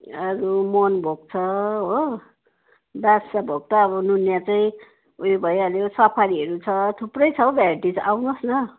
अरू मोहन भोग छ हो बादसाह भोग त अब नुनिया चाहिँ उयो भइहाल्यो सफारीहरू छ थुप्रै छ हौ भेराइटिज आउनु होस् न